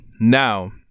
Now